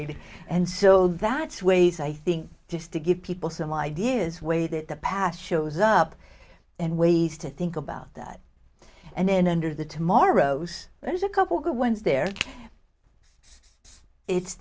did and so that sways i think just to give people some ideas way that the past shows up and ways to think about that and then under the tomorrows there's a couple good ones there it's